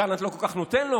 גלנט לא כל כך נותן לו,